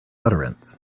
utterance